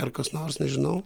ar kas nors nežinau